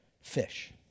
fish